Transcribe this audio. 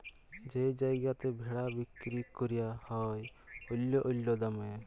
যেই জায়গাতে ভেড়া বিক্কিরি ক্যরা হ্যয় অল্য অল্য দামে